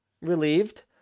relieved